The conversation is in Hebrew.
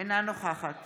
אינה נוכחת